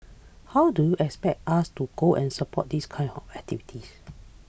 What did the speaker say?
how do you expect us to go and support this kind of activities